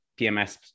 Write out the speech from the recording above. PMS